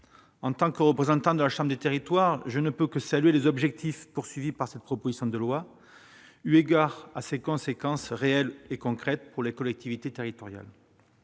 En tant que représentant de la chambre des territoires, je ne puis que saluer les objectifs poursuivis par cette proposition de loi, eu égard à ses conséquences réelles et concrètes pour les collectivités territoriales.